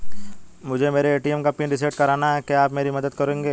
मुझे मेरे ए.टी.एम का पिन रीसेट कराना है क्या आप मेरी मदद करेंगे?